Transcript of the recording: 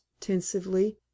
tensively